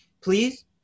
please